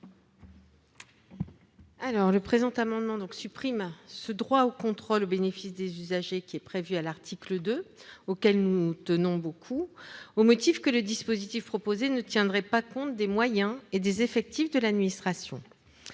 Le présent amendement vise à supprimer le droit au contrôle au bénéfice des usagers, prévu à l'article 2- et auquel nous tenons beaucoup -, au motif que le dispositif proposé ne tiendrait pas compte des moyens et des effectifs de l'administration.